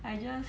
I just